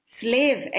Slave